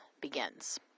begins